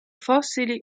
fossili